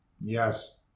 Yes